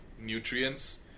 Nutrients